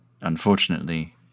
unfortunately